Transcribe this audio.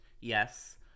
Yes